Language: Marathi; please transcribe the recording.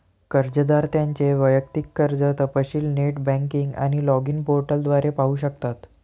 कर्जदार त्यांचे वैयक्तिक कर्ज तपशील नेट बँकिंग आणि लॉगिन पोर्टल द्वारे पाहू शकतात